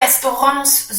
restaurants